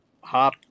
hop